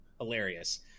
hilarious